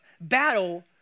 battle